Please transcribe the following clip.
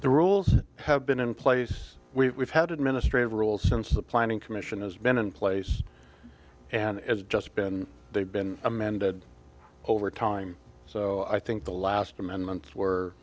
the rules have been in place we had administrative rules since the planning commission has been in place and as just been they've been amended over time so i think the last amendments were